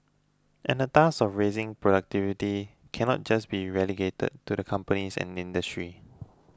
and the task of raising productivity cannot just be relegated to the companies and industry